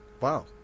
Wow